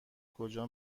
کجا